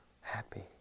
happy